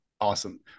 Awesome